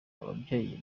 ababyeyi